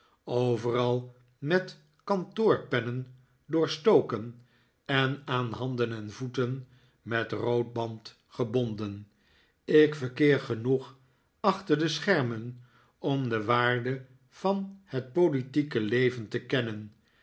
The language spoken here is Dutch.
overal met kantoorpennen doorstoken en aan handen en voeten met rood band gebonden ik verkeer genoeg achter de schermen om de waarde van het politieke leven te kennen